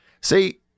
See